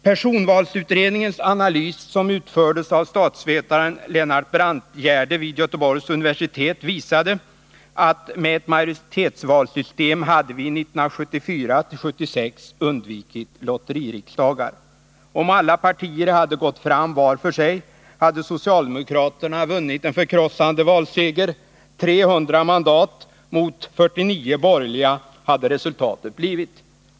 Personvalsutredningens analys — som utfördes av statsvetaren Lennart Brantgärde vid Göteborgs universitet — visade att med ett majoritetsvalsystem hade vi 1974-1976 undvikit lotteririksdagen. Om alla partier hade gått fram var för sig hade socialdemokraterna vunnit en förkrossande valseger. 300 mandat mot 49 borgerliga hade resultatet blivit.